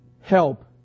help